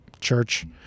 church